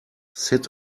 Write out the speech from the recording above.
sit